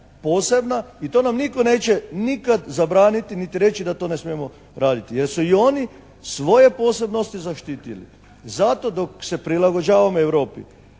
posebna i to nam nitko neće nikada zabraniti niti reći da to ne smijemo raditi jer su i oni svoje posebnosti zaštitili. Zato dok se prilagođavamo Europi